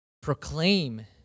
proclaim